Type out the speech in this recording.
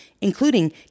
including